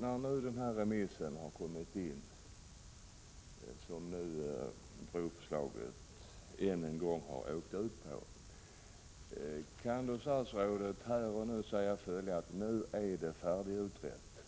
När den remiss är slutförd som broförslaget än en gång har gått ut på, kan statsrådet då säga: Nu är det färdigutrett?